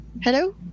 Hello